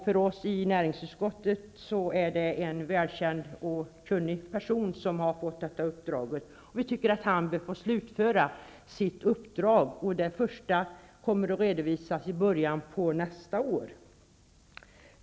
För oss i näringsutskottet är det en kunnig och välkänd person som har fått detta uppdrag. Han bör få slutföra sitt uppdrag. En första redovisning kommer i början av nästa år.